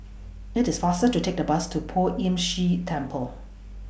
IT IS faster to Take The Bus to Poh Ern Shih Temple